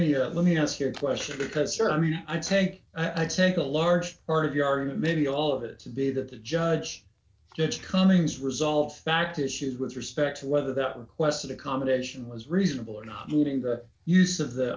here let me ask your question because certainly i take i think a large part of your argument maybe all of it to be that the judge judge cummings resolved fact issues with respect to whether that request accommodation was reasonable or not meeting the use of the